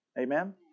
Amen